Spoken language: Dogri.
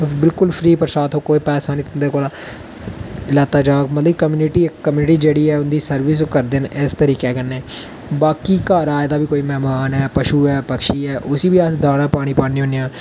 तुस बिल्कुल फ्री प्रसाद थ्होग कोई पैसा नी तुं'दे कोला लैता जाह्ग मतलब कम्युनिटी कम्युनिटी जेह्ड़ी ऐ उं'दी सर्विस ओह् करदे न इस तरीके कन्नै बाकी घर आए दा बी कोई मेहमान ऐ पशु ऐ पक्षी ऐ उसी बी अस दाना पानी पान्ने होन्ने आं